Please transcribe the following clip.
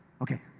Okay